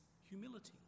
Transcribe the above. humility